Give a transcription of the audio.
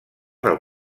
del